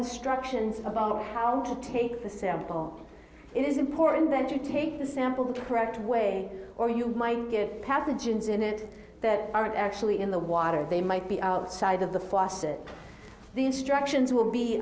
instructions about how to take the sample it is important that you take the sample the correct way or you might get pathogens in it that aren't actually in the water they might be outside of the faucet the instructions will be